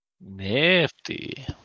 Nifty